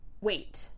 Wait